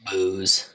Booze